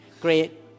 Great